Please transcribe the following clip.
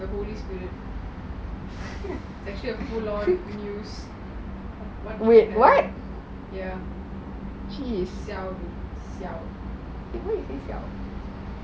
what the hell what